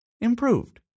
improved